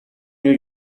new